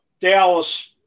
Dallas –